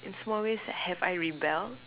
in small ways have I rebelled